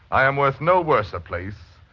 i am worth no worse a place.